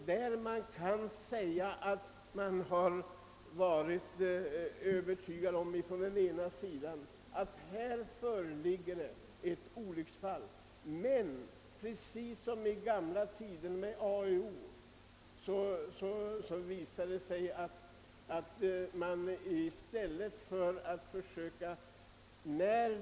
När man åtminstone från ena sidan är övertygad om att det föreligger ett olycksfall brukar man läkemässigt fria i stället för att fälla.